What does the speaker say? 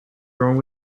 wrong